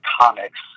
comics